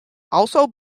also